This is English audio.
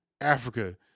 Africa